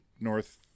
North